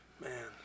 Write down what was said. Man